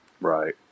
right